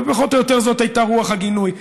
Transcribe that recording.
ופחות או יותר זאת הייתה רוח הגינוי.